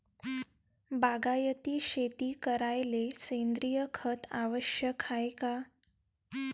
बागायती शेती करायले सेंद्रिय खत आवश्यक हाये का?